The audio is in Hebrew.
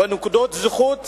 בנקודות זכות